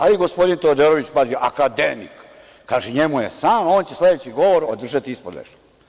Ali gospodin Teodorović, pazi, akademik, kaže njemu je san, on će sledeći govor održati ispod vešala.